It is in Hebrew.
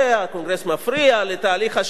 הקונגרס מפריע לתהליך השלום,